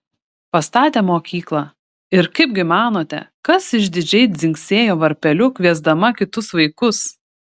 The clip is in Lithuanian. pastatė mokyklą ir kaipgi manote kas išdidžiai dzingsėjo varpeliu kviesdama kitus vaikus